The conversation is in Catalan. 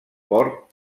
port